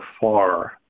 far